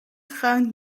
хаан